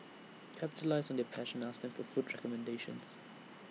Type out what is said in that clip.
capitalise on their passion ask them for food recommendations